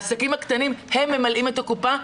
העסקים הקטנים ממלאים את הקופה,